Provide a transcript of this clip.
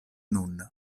nun